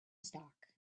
stock